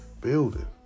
building